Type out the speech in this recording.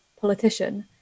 politician